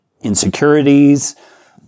insecurities